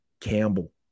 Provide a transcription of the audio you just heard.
Campbell